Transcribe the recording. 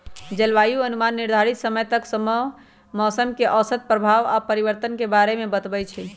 जलवायु अनुमान निर्धारित समय तक मौसम के औसत प्रभाव आऽ परिवर्तन के बारे में बतबइ छइ